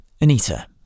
Anita